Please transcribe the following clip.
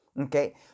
Okay